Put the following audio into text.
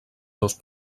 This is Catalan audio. dos